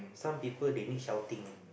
some people they need shouting